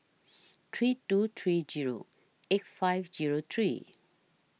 three two three Zero eight five Zero three